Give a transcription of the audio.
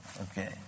Okay